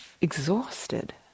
exhausted